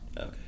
Okay